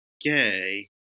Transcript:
gay